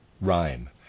rhyme